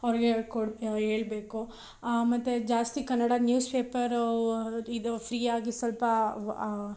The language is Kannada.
ಅವ್ರಿಗೆ ಕೊಡು ಹೇಳ್ಬೇಕು ಮತ್ತು ಜಾಸ್ತಿ ಕನ್ನಡ ನ್ಯೂಸ್ ಪೇಪರು ಇದು ಫ್ರೀಯಾಗಿ ಸ್ವಲ್ಪ